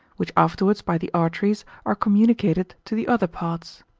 which afterwards by the arteries are communicated to the other parts.